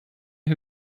who